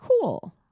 cool